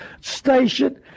station